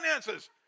finances